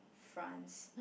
France